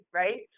right